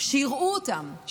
שיראו אותם,